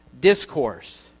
discourse